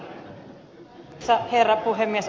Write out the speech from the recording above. arvoisa herra puhemies